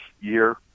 year